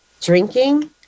drinking